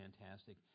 fantastic